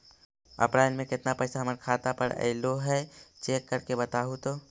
अप्रैल में केतना पैसा हमर खाता पर अएलो है चेक कर के बताहू तो?